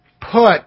put